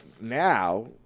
now